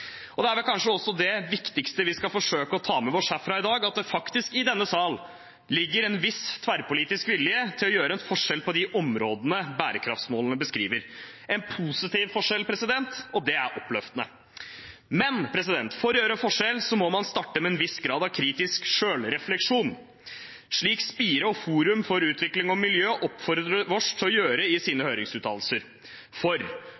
Det er kanskje også det viktigste vi skal forsøke å ta med oss herfra i dag, at det faktisk i denne sal ligger en viss tverrpolitisk vilje til å gjøre en forskjell på de områdene bærekraftsmålene beskriver – en positiv forskjell, og det er oppløftende. Men for å gjøre en forskjell må man starte med en viss grad av kritisk selvrefleksjon, slik Spire og Forum for utvikling og miljø i sine høringsuttalelser oppfordrer oss til å gjøre. Hvordan Norges arbeid for